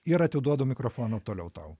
ir atiduodu mikrofoną toliau tau